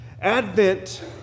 Advent